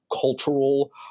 cultural